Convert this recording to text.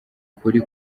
kuri